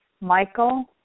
Michael